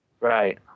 Right